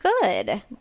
good